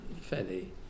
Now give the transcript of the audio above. fairly